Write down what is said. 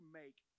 make